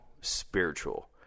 spiritual